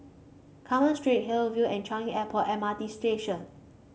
Carmen Street Hill view and Changi Airport M R T Station